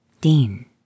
Dean